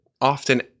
often